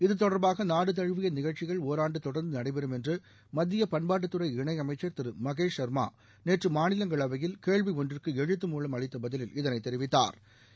இது தொடர்பாகி நாடு தழுவிய நிகழ்ச்சிகள் ஓராண்டு தொடர்ந்து நடைபெறும் என்று மத்திய பண்பாட்டு துறை இணை அமைச்சர் திரு மகேஷ் சர்மா நேற்று மாநிலங்களவையில் கேள்வி ஒன்றுக்கு எழுத்து மூலம் அளித்த பதிலில் இதனை தெரிவித்தாா்